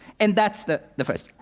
and that's the the first